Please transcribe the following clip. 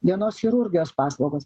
dienos chirurgijos paslaugos